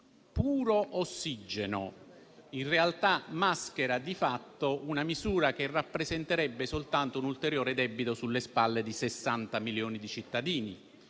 puro ossigeno in realtà maschera di fatto una misura che rappresenterebbe soltanto un ulteriore debito sulle spalle di 60 milioni di cittadini.